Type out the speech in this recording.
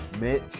Mitch